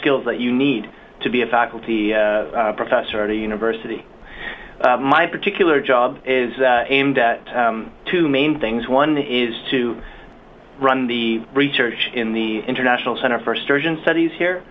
skills that you need to be a faculty professor at a university my particular job is aimed at two main things one is to run the research in the international center for sturgeon studies here